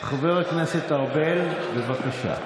חבר הכנסת ארבל, בבקשה.